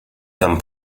tam